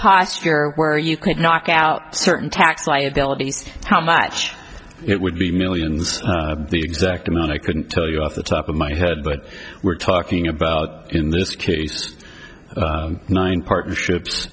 posture where you could knock out certain tax liabilities how much it would be millions the exact amount i couldn't tell you off the top of my head but we're talking about in this case just nine partnerships